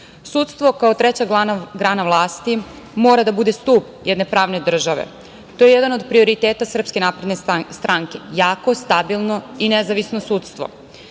Sudstvo kao treća grana vlasti mora da bude stub jedne pravne države. To je jedan od prioriteta SNS, jako, stabilno i nezavisno sudstvo. Mi,